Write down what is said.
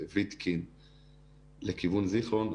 ויתקין לכיוון זיכרון,